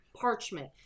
parchment